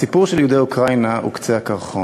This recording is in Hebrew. הסיפור של יהודי אוקראינה הוא קצה הקרחון.